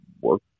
work